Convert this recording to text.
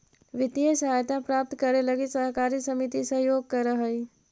वित्तीय सहायता प्राप्त करे लगी सहकारी समिति सहयोग करऽ हइ